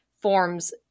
forms